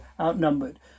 outnumbered